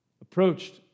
approached